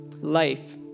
life